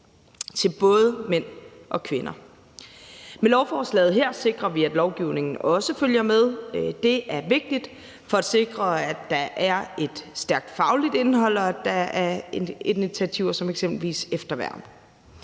til både mænd og kvinder. Med lovforslaget her sikrer vi, at lovgivningen også følger med. Det er vigtigt for at sikre, at der er et stærkt fagligt indhold, og at der er initiativer som eksempelvis efterværn.